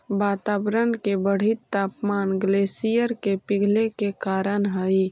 वातावरण के बढ़ित तापमान ग्लेशियर के पिघले के कारण हई